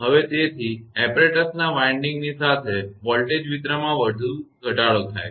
હવે તેથી ઉપકરણના વિન્ડિંગની સાથે વોલ્ટેજ વિતરણમાં વધુ ઘટાડો થાય છે